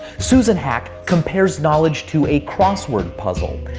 susan haack compares knowledge to a crossword puzzle.